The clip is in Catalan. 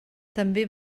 també